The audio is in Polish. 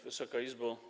Wysoka Izbo!